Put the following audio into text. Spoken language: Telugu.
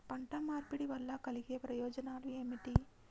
పంట మార్పిడి వల్ల కలిగే ప్రయోజనాలు ఏమిటి?